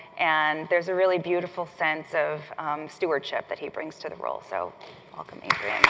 and there's a really beautiful sense of stewardship that he brings to the role, so welcome adrian.